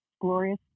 glorious